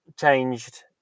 changed